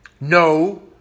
No